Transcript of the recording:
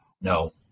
No